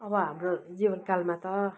अब हाम्रो जीवनकालमा त